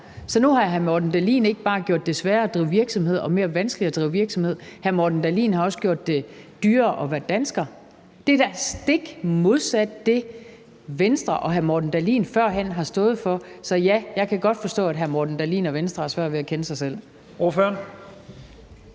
Så nu har hr. Morten Dahlin ikke bare gjort det sværere at drive virksomhed og mere vanskeligt at drive virksomhed, men hr. Morten Dahlin har også gjort det dyrere at være dansker. Det er da stik modsat det, Venstre og hr. Morten Dahlin førhen har stået for. Så ja, jeg kan godt forstå, at hr. Morten Dahlin og Venstre har svært ved at kende sig selv.